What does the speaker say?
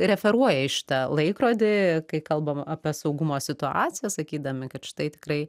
referuoja į šitą laikrodį kai kalbam apie saugumo situaciją sakydami kad štai tikrai